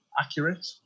accurate